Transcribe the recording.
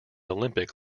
olympic